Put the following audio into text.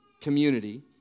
community